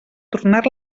tornar